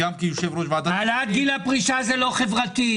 גם כיושב-ראש ועדת הכספים --- העלאת גיל הפרישה זה לא חברתי.